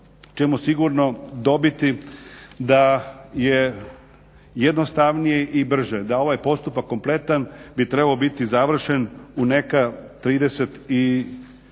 ćemo sigurno dobiti da je jednostavnije i brže da ovaj postupak kompletan bi trebao biti završen u neka 39 dana